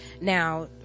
now